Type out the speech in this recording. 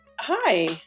Hi